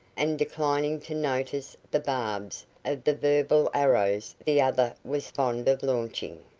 and declining to notice the barbs of the verbal arrows the other was fond of launching.